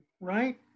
right